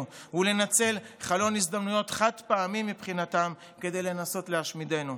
ולנצל חלון הזדמנויות חד-פעמי מבחינתם כדי לנסות להשמידנו.